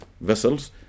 vessels